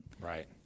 Right